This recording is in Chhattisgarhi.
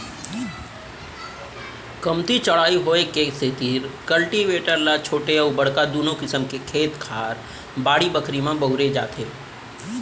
कमती चौड़ाई होय के सेतिर कल्टीवेटर ल छोटे अउ बड़का दुनों किसम के खेत खार, बाड़ी बखरी म बउरे जाथे